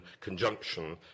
conjunction